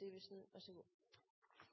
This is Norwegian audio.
Det er